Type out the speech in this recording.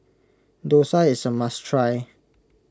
Dosa is a must try